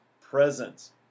presence